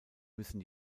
müssen